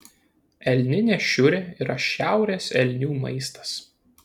elninė šiurė yra šiaurės elnių maistas